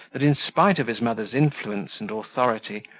that, in spite of his mother's influence and authority,